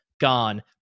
gone